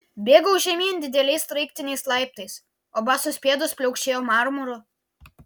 bėgau žemyn dideliais sraigtiniais laiptais o basos pėdos pliaukšėjo marmuru